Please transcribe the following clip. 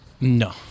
No